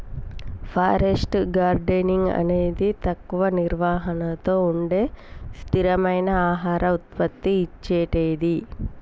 forest gardening అనేది తక్కువ నిర్వహణతో ఉండే స్థిరమైన ఆహార ఉత్పత్తి ఇచ్చేటిది